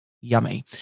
yummy